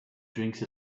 drinks